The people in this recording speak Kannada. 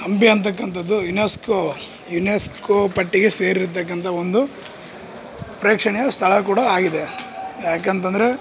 ಹಂಪಿ ಅಂತಕಂಥದ್ದು ಇನಸ್ಕೊ ಇನಸ್ಕೊ ಪಟ್ಟಿಗೆ ಸೇರಿರ್ತಕಂಥ ಒಂದು ಪ್ರೇಕ್ಷಣೀಯ ಸ್ಥಳ ಕೂಡ ಆಗಿದೆ ಯಾಕೆಂತಂದ್ರೆ